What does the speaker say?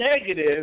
negative